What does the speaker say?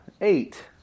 eight